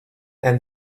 and